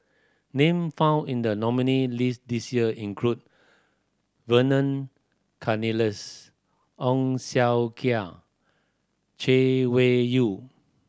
name found in the nominee list this year include Vernon Cornelius Ong Chay Yew